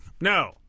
No